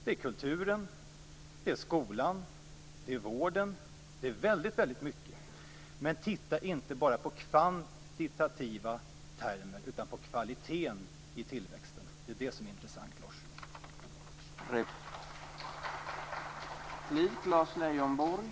Det är kulturen, det är skolan, och det är vården. Men titta inte bara på kvantiteten utan på kvaliteten i tillväxten. Det är det som är intressant, Lars Leijonborg.